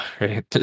right